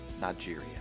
Nigeria